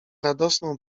radosną